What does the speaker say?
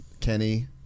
Kenny